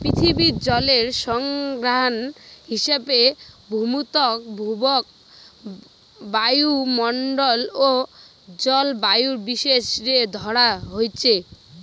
পিথীবিত জলের সংস্থান হিসাবে ভূত্বক, ভূগর্ভ, বায়ুমণ্ডল ও জলবায়ুর বিষয় রে ধরা হইচে